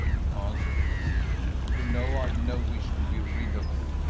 he answered, hastily you know i've no wish to be rid of you,